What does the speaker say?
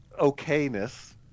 okayness